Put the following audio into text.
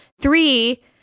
three